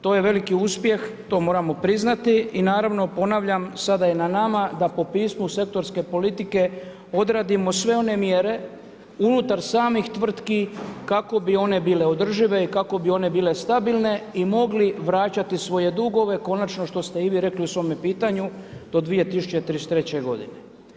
To je veliki uspjeh, to moramo priznati i naravno ponavljam sada je na nama da po pismu sektorske politike odradimo sve one mjere unutar samih tvrtki kako bi one bile održive i kako bi one bile stabilne i mogli vraćati svoje dugove konačno što ste i vi rekli u svome pitanju do 2033. godine.